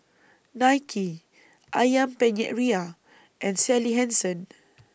Nike Ayam Penyet Ria and Sally Hansen